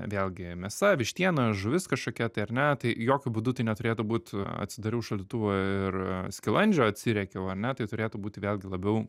vėlgi mėsa vištiena žuvis kažkokia tai ar ne tai jokiu būdu tai neturėtų būt atsidariau šaldytuvą ir skilandžio atsiriekiau ar ne tai turėtų būti vėlgi labiau